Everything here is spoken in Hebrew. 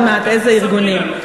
אני אספר לך עוד מעט איזה ארגונים.